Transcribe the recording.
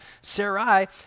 Sarai